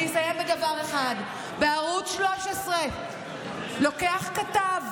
אני אסיים בדבר אחד: בערוץ 13 לוקח כתב